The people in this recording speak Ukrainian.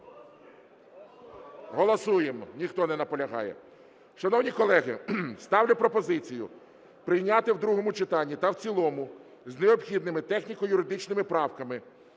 Голосуємо. Ніхто не наполягає. Шановні колеги, ставлю пропозицію прийняти в другому читанні та в цілому з необхідними техніко-юридичними правками